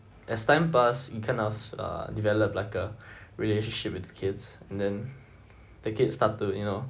as time pass you kind of uh develop like a relationship with the kids and then the kids start to you know